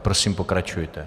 Prosím, pokračujte.